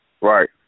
Right